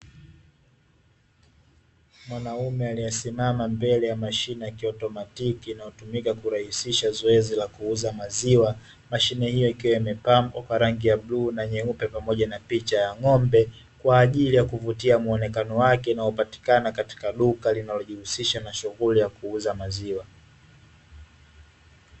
Mwanaume aliyesimama mbele ya mashine ya kiotomatiki inayotumika kurahisisha zoezi la kuuza maziwa, mashine hiyo ikiwa imepambwa kwa rangi ya bluu na nyeupe pamoja na picha ya ng'ombe kwa ajili ya kuvutia muonekano wake, inayopatikana katika duka linalojihusisha na shughuli ya kuuza maziwa.